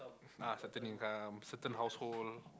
ah certain income certain household